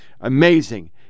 amazing